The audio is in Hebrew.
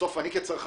בסוף אני כצרכן,